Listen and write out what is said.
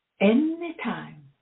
anytime